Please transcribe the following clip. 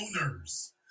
owners